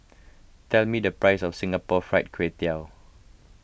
tell me the price of Singapore Fried Kway Tiao